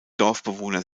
dorfbewohner